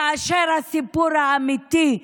כאשר הסיפור האמיתי,